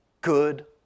good